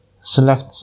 select